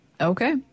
Okay